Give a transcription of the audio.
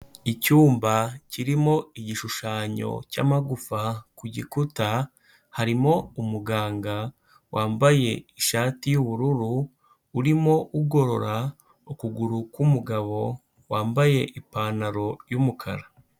Icyumba kirimo igishushanyo cy'amagufa ku gikuta, harimo umuganga wambaye ishati y'ubururu, urimo ugorora ukuguru k'umugabo wambaye ipantaro y'umukara.